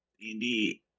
Indeed